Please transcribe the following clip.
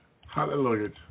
Hallelujah